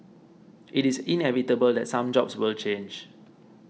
it is inevitable that some jobs will change